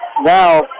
Now